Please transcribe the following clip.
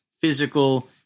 physical